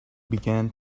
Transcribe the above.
began